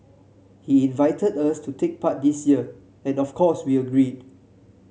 he invited us to take part this year and of course we agreed